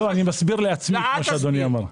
לא, אני מסביר לעצמי את מה שאדוני אמר.